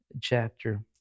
chapter